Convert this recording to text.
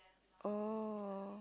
oh